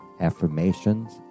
affirmations